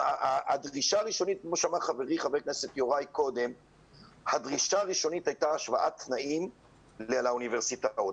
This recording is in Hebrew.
הדרישה הראשונית של המרצים היתה השוואת תנאים לאוניברסיטאות,